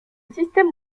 système